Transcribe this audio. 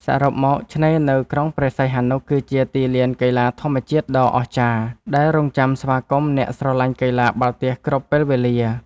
សរុបមក ឆ្នេរនៅក្រុងព្រះសីហនុគឺជាទីលានកីឡាធម្មជាតិដ៏អស្ចារ្យ ដែលរង់ចាំស្វាគមន៍អ្នកស្រឡាញ់កីឡាបាល់ទះគ្រប់ពេលវេលា។